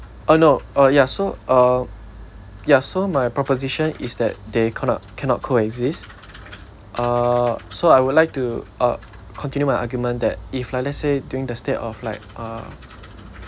uh no uh ya so uh ya so my proposition is that they cannot cannot coexist uh so I would like to uh continue my argument that if like let's say during the state of like uh